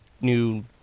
new